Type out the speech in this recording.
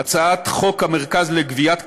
בהצעת חוק המרכז לגביית קנסות,